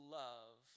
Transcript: love